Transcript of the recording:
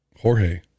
Jorge